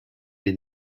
the